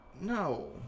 No